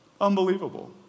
Unbelievable